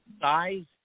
size